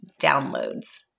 downloads